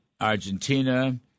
Argentina